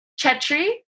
Chetri